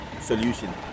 solution